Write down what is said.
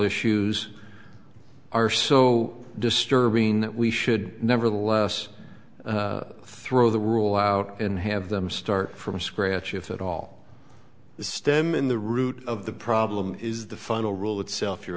issues are so disturbing that we should nevertheless throw the rule out and have them start from scratch if at all the stem in the root of the problem is the final rule itself you